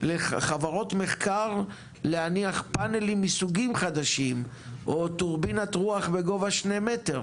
לחברות מחקר להניח פאנלים מסוגים חדשים או טורבינת רוח בגובה שני מטר,